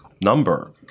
number